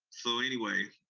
so anyway,